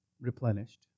replenished